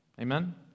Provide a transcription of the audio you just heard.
Amen